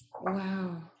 Wow